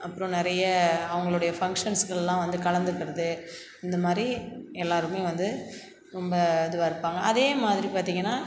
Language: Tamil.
அப்புறம் நிறைய அவங்களோடைய ஃபங்க்ஷன்ஸுக்கு எல்லாம் வந்து கலந்துக்கிறது இந்தமாதிரி எல்லாருமே வந்து ரொம்ப இதுவாக இருப்பாங்க அதேமாதிரி பார்த்தீங்கன்னா